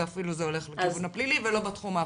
ואפילו זה הולך לתחום הפלילי ולא בתחום האפור,